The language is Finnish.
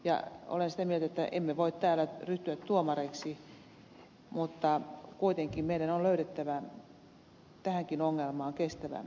olen sitä mieltä että emme voi täällä ryhtyä tuomareiksi mutta kuitenkin meidän on löydettävä tähänkin ongelmaan kestävä ratkaisu